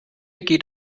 geht